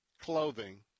clothing